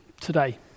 today